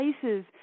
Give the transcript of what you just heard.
places